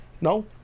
No